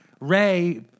Ray